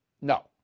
no